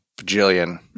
bajillion